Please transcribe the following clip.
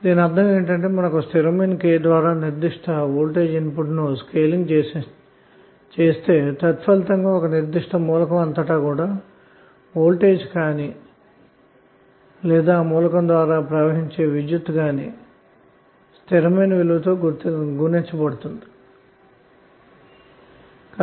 దీని అర్ధం ఏమిటంటే మనము ఒక స్థిరమైన విలువ K ద్వారా నిర్దిష్ట వోల్టేజ్ ఇన్పుట్ను స్కేల్ చేస్తే తత్ఫలితంగా ఒక నిర్దిష్ట మూలకం అంతటా వోల్టేజ్ లేదా ఆ మూలకం ద్వారా ప్రవహించే కరెంటు గాని అదే స్థిరమైన K విలువతో గుణించబడటం అన్న మాట